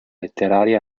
letteraria